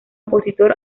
opositor